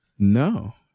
No